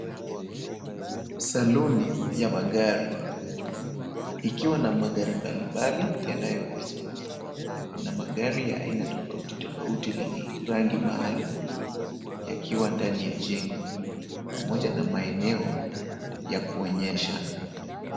Saluni ya magari ikiwa na magarimbali mbali yanayouzwa. Kuna magari aina ya tofauti tofauti lenye rangi maalum yakiwa ndani ya jengo pamoja na maeneo ya kuonyesha.